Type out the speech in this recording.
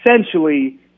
essentially